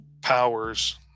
powers